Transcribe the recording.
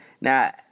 Now